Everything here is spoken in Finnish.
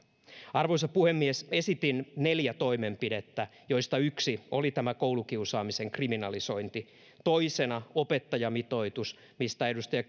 arvoisa puhemies esitin neljä toimenpidettä joista yksi oli tämä koulukiusaamisen kriminalisointi toisena opettajamitoitus mistä edustaja